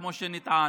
כמו שנטען,